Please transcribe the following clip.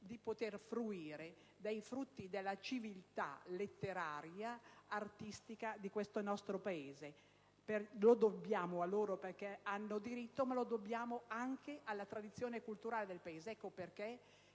di fruire dei frutti della civiltà letteraria ed artistica di questo Paese. Lo dobbiamo a loro, perché ne hanno diritto, ma lo dobbiamo anche alla tradizione culturale del Paese. Ecco perché,